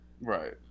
Right